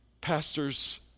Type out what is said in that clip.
Pastors